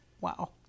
wow